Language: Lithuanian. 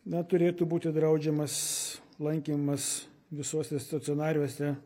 na turėtų būti draudžiamas lankymas visose stacionariose